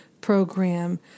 program